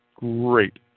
Great